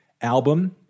album